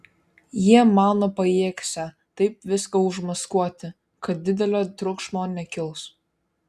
jie mano pajėgsią taip viską užmaskuoti kad didelio triukšmo nekils